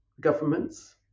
governments